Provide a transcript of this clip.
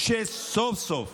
שסוף-סוף